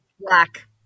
Black